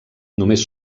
només